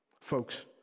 Folks